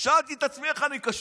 שאלתי את עצמי: איך אני קשור?